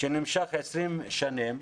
שנמשך 20 שנים,